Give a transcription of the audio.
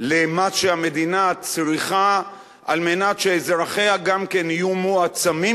למה שהמדינה צריכה כדי שאזרחיה גם כן יהיו מועצמים,